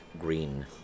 green